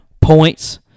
points